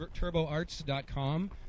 TurboArts.com